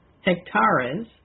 hectares